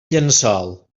llençol